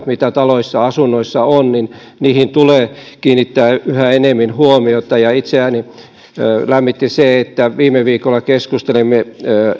mitä taloissa asunnoissa on tulee kiinnittää yhä enemmän huomiota itseäni lämmitti se että viime viikolla keskustelimme